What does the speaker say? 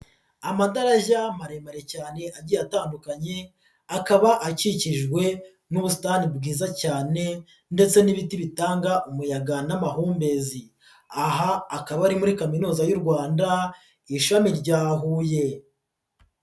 Amadarajya maremare cyane agiye atandukanye, akaba akikijwe n'ubusitantani bwiza cyane ndetse n'ibiti bitanga umuyaga n'amahumbezi, aha akaba ari muri Kaminuza y'u Rwanda ishami rya Huye.